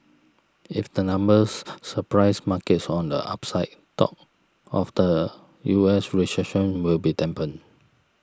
if the numbers surprise markets on the upside talk of the U S recession will be dampened